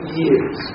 years